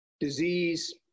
disease